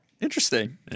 Interesting